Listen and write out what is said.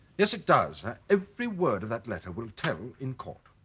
yes it does every word of that letter will tell in court